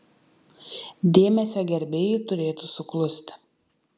dėmesio gerbėjai turėtų suklusti